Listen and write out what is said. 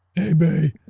hey mae.